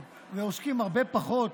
ועוסקים הרבה פחות,